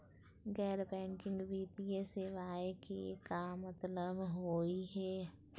गैर बैंकिंग वित्तीय सेवाएं के का मतलब होई हे?